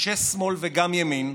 אנשי שמאל וגם ימין,